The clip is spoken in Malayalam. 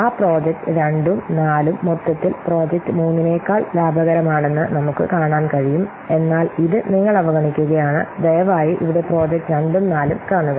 ആ പ്രോജക്റ്റ് 2 ഉം 4 ഉം മൊത്തത്തിൽ പ്രോജക്റ്റ് 3 നെക്കാൾ ലാഭകരമാണെന്ന് നമുക്ക് കാണാൻ കഴിയും എന്നാൽ ഇത് നിങ്ങൾ അവഗണിക്കുകയാണ് ദയവായി ഇവിടെ പ്രോജക്റ്റ് 2 ഉം 4 ഉം കാണുക